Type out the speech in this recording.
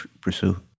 pursue